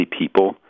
people